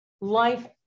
life